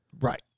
Right